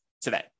today